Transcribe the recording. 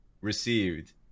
received